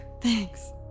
Thanks